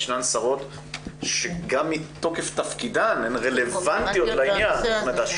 ישנן שרות שגם מתוקף תפקידן הן רלוונטיות לעניין.